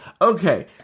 Okay